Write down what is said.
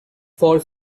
for